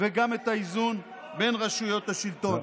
וגם את האיזון בין רשויות השלטון.